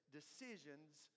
decisions